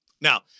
Now